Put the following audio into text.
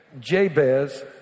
Jabez